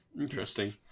Interesting